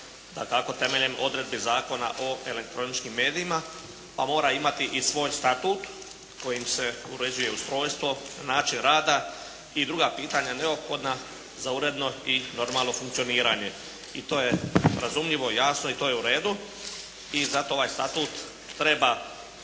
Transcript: dakako, temeljem odredbi Zakona o elektroničkim medijima a mora imati i svoj statut kojim se uređuje ustrojstvo, način rada i druga pitanja neophodna za uredno i normalno funkcioniranje. I to je razumljivo i jasno i to je u redu. I zato ovaj Statut treba